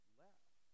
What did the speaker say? left